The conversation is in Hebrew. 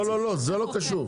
לא לא זה לא קשור.